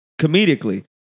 comedically